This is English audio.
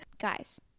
guys